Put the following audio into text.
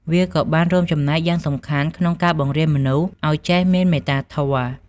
វាក៏បានរួមចំណែកយ៉ាងសំខាន់ក្នុងការបង្រៀនមនុស្សឱ្យចេះមានមេត្តាធម៌។